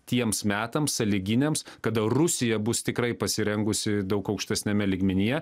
tiems metams sąlyginiams kada rusija bus tikrai pasirengusi daug aukštesniame lygmenyje